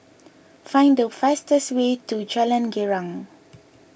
find the fastest way to Jalan Girang